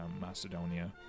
Macedonia